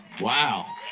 wow